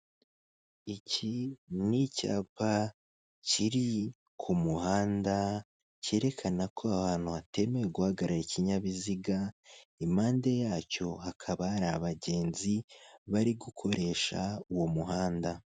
Iki ni icyapa kiri ku muhanda cyerekana ko ahantu hatemewe guhagararika ikinyabiziga impande yacyo hakaba hari abagenzi bari gukoresha uwo muhanda .